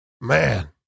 man